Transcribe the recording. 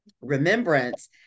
remembrance